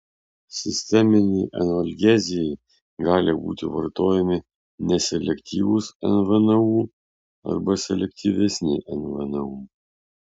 sisteminei analgezijai gali būti vartojami neselektyvūs nvnu arba selektyvesni nvnu